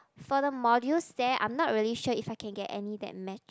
for the modules there I'm not really sure if I can get any that match